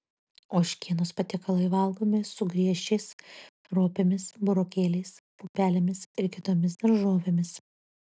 ožkienos patiekalai valgomi su griežčiais ropėmis burokėliais pupelėmis ir kitomis daržovėmis